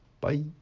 bye